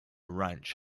ranch